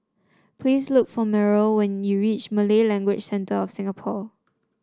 please look for Meryl when you reach Malay Language Centre of Singapore